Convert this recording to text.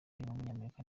w’umunyamerika